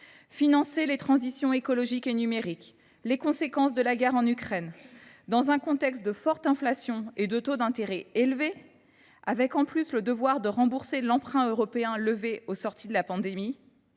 Financer les transitions écologique et numérique ainsi que les conséquences de la guerre en Ukraine, dans un contexte de forte inflation et de taux d’intérêt élevés et avec le devoir de rembourser l’emprunt européen levé au sortir de la pandémie